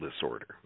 disorder